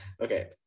Okay